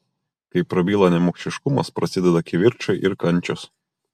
kai prabyla nemokšiškumas prasideda kivirčai ir kančios